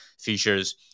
features